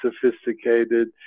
sophisticated